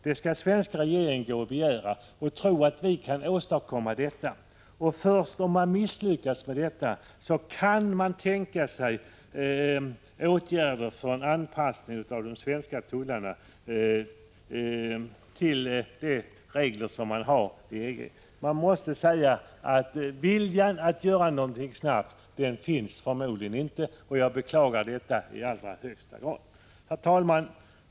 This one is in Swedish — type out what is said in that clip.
Detta skall den svenska regeringen gå och begära och tro att den skall kunna åstadkomma! Först om detta misslyckas kan man tänka sig åtgärder för en anpassning av de svenska tullarna till de regler som EG har. Jag måste säga att viljan att göra någonting snabbt förmodligen inte finns, och detta beklagar jag i allra högsta grad. Herr talman!